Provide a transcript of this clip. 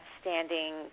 standing